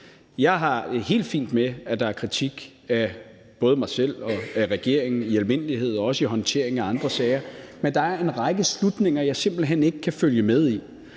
Jeg har det helt fint med, at der er kritik af både mig selv og regeringen i almindelighed, også i håndteringen af andre sager, men der er en række slutninger, jeg simpelt hen ikke kan følge med i